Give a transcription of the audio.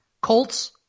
Colts